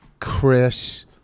Chris